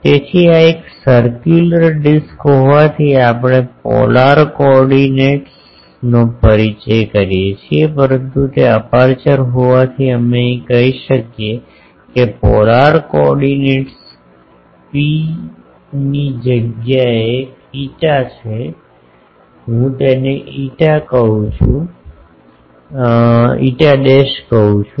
તેથી આ એક સરક્યુલર ડિસ્ક હોવાથી આપણે પોલાર કોઓર્ડિનેટ્સનો પરિચય કરીએ છીએ પરંતુ તે અપેર્ચર હોવાથી અહીં એમ કહીએ છીએ કે પોલાર કોઓર્ડિનેટ્સ ρ ની જગ્યા એ φ છે હું તેને φ કહું છું